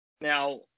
Now